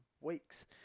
weeks